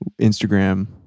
Instagram